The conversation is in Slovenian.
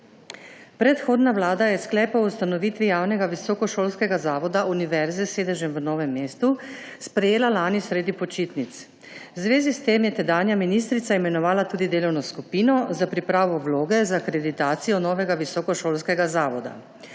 Predhodna vlada je sklep o ustanovitvi javnega visokošolskega zavoda univerze s sedežem v Novem mestu sprejela lani sredi počitnic. V zvezi s tem je tedanja ministrica imenovala tudi delovno skupino za pripravo vloge za akreditacijo novega visokošolskega zavoda.